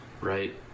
right